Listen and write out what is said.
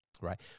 Right